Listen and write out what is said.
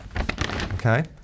Okay